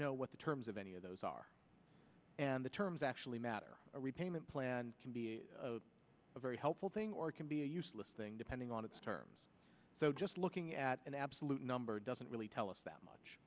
know what the terms of any of those are and the terms actually matter or repayment plan can be a very helpful thing or can be a useless thing depending on its terms so just looking at an absolute number doesn't really tell us that much